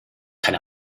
keine